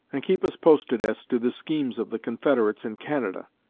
and keep us posted as to the schemes of the confederates in canada.